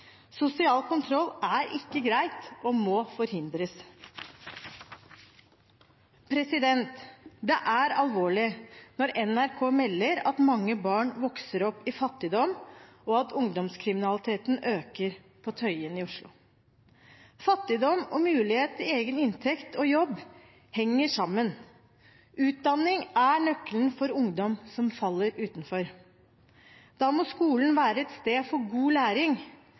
Sosial kontroll er ikke greit og må forhindres. Det er alvorlig når NRK melder at mange barn vokser opp i fattigdom, og at ungdomskriminaliteten øker på Tøyen i Oslo. Fattigdom og mulighet til egen inntekt og jobb henger sammen. Utdanning er nøkkelen for ungdom som faller utenfor. Da må skolen være et sted for god læring.